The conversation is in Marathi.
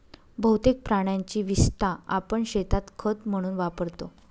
बहुतेक प्राण्यांची विस्टा आपण शेतात खत म्हणून वापरतो